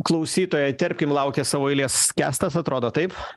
klausytoją įterpkim laukia savo eilės kęstas atrodo taip